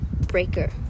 Breaker